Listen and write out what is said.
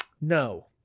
No